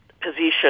position